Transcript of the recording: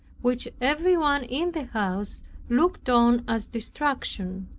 which everyone in the house looked on as distraction.